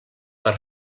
per